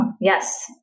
Yes